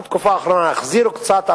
בתקופה האחרונה החזירו קצת,